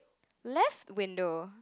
left window